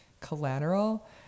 collateral